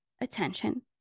attention